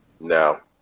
No